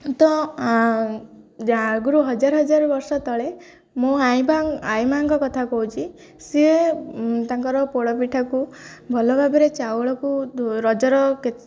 ତ ଆଗରୁ ହଜାର ହଜାର ବର୍ଷ ତଳେ ମୋ ଆଇ ଆଇ ମାଙ୍କ କଥା କହୁଛି ସିଏ ତାଙ୍କର ପୋଡ଼ପିଠାକୁ ଭଲ ଭାବରେ ଚାଉଳକୁ ରଜର